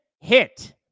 hit